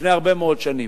לפני הרבה מאוד שנים.